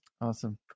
Awesome